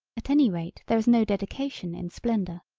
at any rate there is no dedication in splendor.